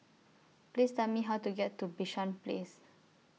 Please Tell Me How to get to Bishan Place